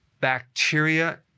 bacteria